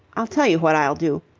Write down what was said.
i'll tell you what i'll do.